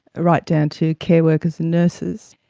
right down to care workers and nurses.